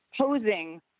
posing